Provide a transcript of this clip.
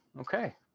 Okay